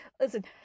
listen